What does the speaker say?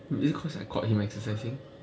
oh is it cause I caught him exercising